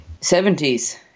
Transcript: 70s